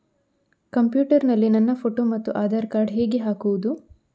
Computer ನಲ್ಲಿ ನನ್ನ photo ಮತ್ತು ಆಧಾರ್ ಕಾರ್ಡ್ ಹೇಗೆ ಹಾಕುವುದು?